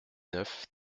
neuf